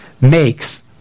makes